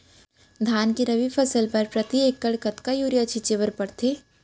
धान के रबि फसल बर प्रति एकड़ कतका यूरिया छिंचे बर पड़थे?